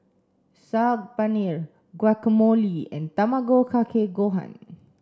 Saag Paneer Guacamole and Tamago Kake Gohan